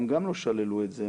הם גם לא שללו את זה.